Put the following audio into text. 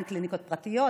אין קליניקות פרטיות,